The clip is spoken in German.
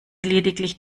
lediglich